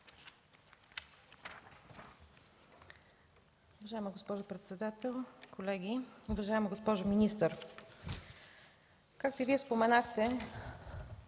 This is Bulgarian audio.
Уважаема госпожо председател, колеги! Уважаема госпожо министър, както и Вие споменахте,